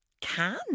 can